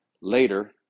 Later